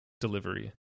delivery